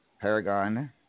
Paragon